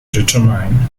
determine